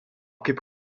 kaip